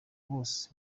bose